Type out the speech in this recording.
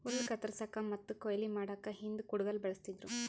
ಹುಲ್ಲ್ ಕತ್ತರಸಕ್ಕ್ ಮತ್ತ್ ಕೊಯ್ಲಿ ಮಾಡಕ್ಕ್ ಹಿಂದ್ ಕುಡ್ಗಿಲ್ ಬಳಸ್ತಿದ್ರು